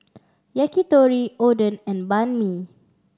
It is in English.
Yakitori Oden and Banh Mi